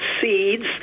seeds